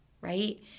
right